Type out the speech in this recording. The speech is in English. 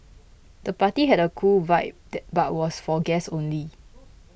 the party had a cool vibe but was for guests only